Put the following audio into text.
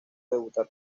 debutar